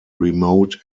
remote